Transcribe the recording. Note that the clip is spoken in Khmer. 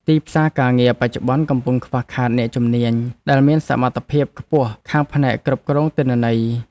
ទីផ្សារការងារបច្ចុប្បន្នកំពុងខ្វះខាតអ្នកជំនាញដែលមានសមត្ថភាពខ្ពស់ខាងផ្នែកគ្រប់គ្រងទិន្នន័យ។